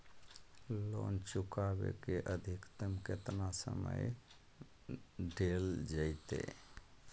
Loan चुकाबे के अधिकतम केतना समय डेल जयते?